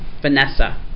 Vanessa